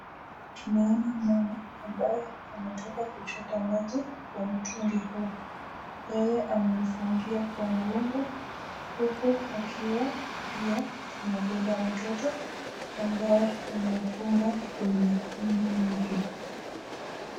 Tunaona mama ambaye ametoka kuchota maji kwa mtungi huu yyeh ameiungia kwa mgongo huku akiwa pia amebeba mtoto ambaye amefunga kwenye tumbo lake.